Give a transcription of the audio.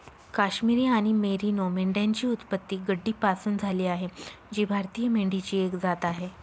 काश्मिरी आणि मेरिनो मेंढ्यांची उत्पत्ती गड्डीपासून झाली आहे जी भारतीय मेंढीची एक जात आहे